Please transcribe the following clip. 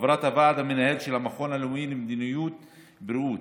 חברת הוועד המנהל של המכון הלאומי למדיניות בריאות,